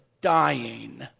dying